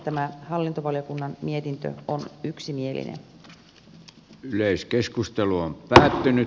tämä hallintovaliokunnan mietintö on yksimielinen